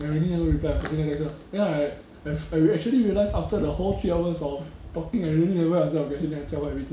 I really never reply and then later then I like I've I've actually realise after the whole three hours hor talking already never answer her question then I tell her everything lor